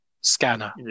scanner